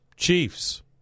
Chiefs